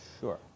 Sure